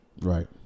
Right